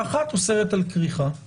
האחת, אוסרת על כריכה.